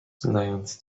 znając